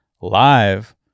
live